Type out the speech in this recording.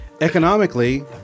economically